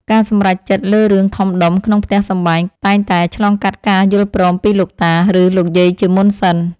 ការសម្រេចចិត្តលើរឿងធំដុំក្នុងផ្ទះសម្បែងតែងតែឆ្លងកាត់ការយល់ព្រមពីលោកតា ឬលោកយាយជាមុនសិន។